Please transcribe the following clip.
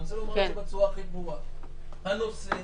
אני רוצה לומר לכם בצורה הכי ברורה, הנושא